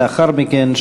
לאחר מכן,